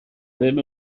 ddim